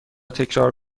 تکرار